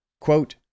quote